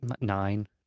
nine